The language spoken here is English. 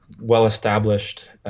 well-established